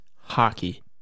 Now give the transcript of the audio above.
hockey